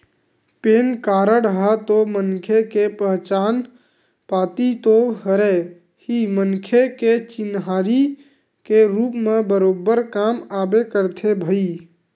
PAN card ह तो मनखे के पहचान पाती तो हरे ही मनखे के चिन्हारी के रुप म बरोबर काम आबे करथे भई